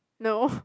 no